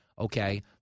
okay